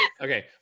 Okay